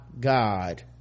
god